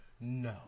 No